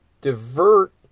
divert